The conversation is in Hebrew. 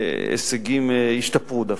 שההישגים ישתפרו דווקא.